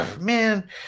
Man